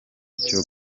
icyo